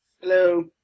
Hello